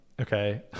Okay